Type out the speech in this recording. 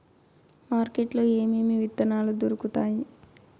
market లో ఏమేమి విత్తనాలు దొరుకుతాయి